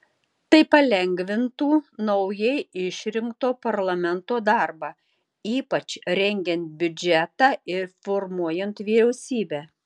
tai palengvintų naujai išrinkto parlamento darbą ypač rengiant biudžetą ir formuojant vyriausybę